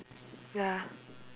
ya